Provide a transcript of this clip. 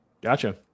Gotcha